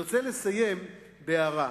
אני רוצה לסיים בהערה,